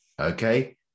Okay